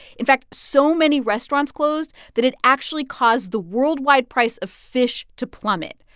in fact, so many restaurants closed that it actually caused the worldwide price of fish to plummet.